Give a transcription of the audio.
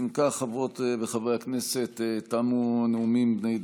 אם כך, חברות וחברי הכנסת, תמו הנאומים בני דקה.